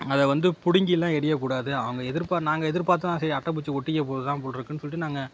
அதை வந்து பிடிங்கிலாம் எறியக்கூடாது அவங்க எதிர்பா நாங்கள் எதிர்பார்த்தோம் சரி அட்டைப்பூச்சி ஒட்டிக்க போது தான் போலிருக்குனு சொல்லிட்டு நாங்கள்